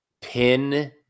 pin